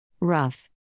Rough